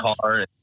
car